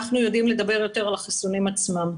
אנחנו יודעים יותר לדבר על החיסונים עצמם.